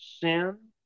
Sin